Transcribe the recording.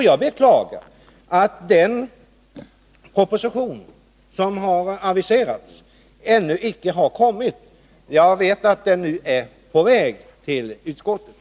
Jag beklagar att den proposition som har aviserats ännu icke har lagts fram. Men jag vet att den nu är på väg till utskottet.